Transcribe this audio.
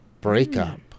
breakup